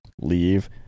leave